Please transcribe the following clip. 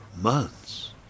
months